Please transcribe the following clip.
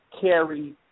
carry